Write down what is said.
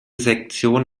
sektion